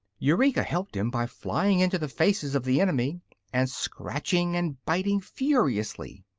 eureka helped him by flying into the faces of the enemy and scratching and biting furiously,